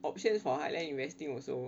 options for halal investing also